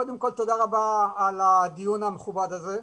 קודם כל תודה רבה על הדיון המכובד הזה.